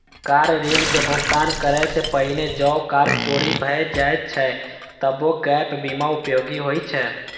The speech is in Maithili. कार ऋणक भुगतान करै सं पहिने जौं कार चोरी भए जाए छै, तबो गैप बीमा उपयोगी होइ छै